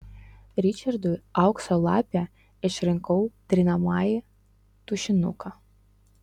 ričardui aukso lape išrinkau trinamąjį tušinuką